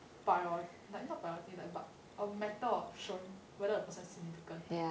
priority like not priority like but a matter of shown whether the person is significant